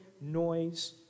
noise